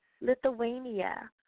Lithuania